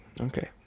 Okay